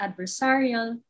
adversarial